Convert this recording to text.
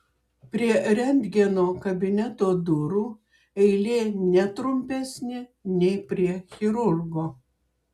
prie rentgeno kabineto durų eilė ne trumpesnė nei prie chirurgo